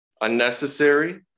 Unnecessary